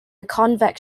convex